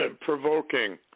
provoking